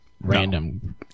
random